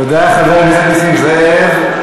תודה, חבר הכנסת נסים זאב.